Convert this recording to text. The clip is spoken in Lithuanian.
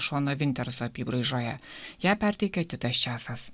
šono vinterso apybraižoje ją perteikia titas česas